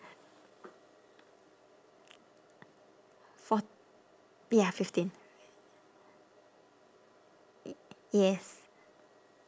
fourt~ ya fifteen eh yes